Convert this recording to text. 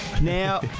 Now